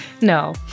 No